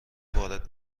وارد